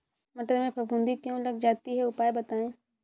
मटर में फफूंदी क्यो लग जाती है उपाय बताएं?